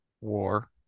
war